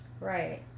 Right